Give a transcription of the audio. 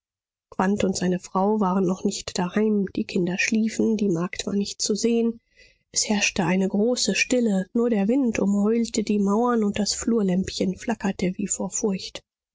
quandt und seine frau waren noch nicht daheim die kinder schliefen die magd war nicht zu sehen es herrschte eine große stille nur der wind umheulte die mauern und das flurlämpchen flackerte wie vor furcht